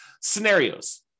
scenarios